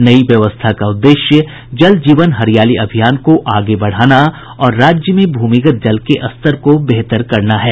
नई व्यवस्था का उद्देश्य जल जीवन हरियाली अभियान को आगे बढ़ाना और राज्य में भूमिगत जल के स्तर को बेहतर करना है